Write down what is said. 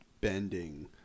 bending